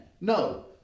No